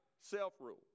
Self-rule